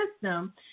system –